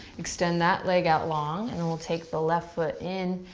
extend that leg out long. and then we'll take the left foot in.